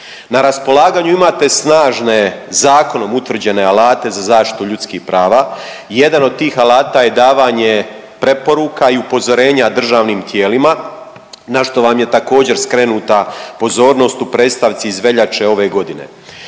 Na raspolaganju imate snažne zakonom utvrđene alate za zaštitu ljudskih prava i jedan od tih alata je davanje preporuka i upozorenja državnim tijelima na što vam je također skrenuta pozornost u predstavci iz veljače ove godine.